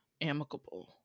amicable